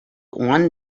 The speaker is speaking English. one